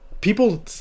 people